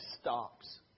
stops